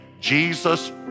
Jesus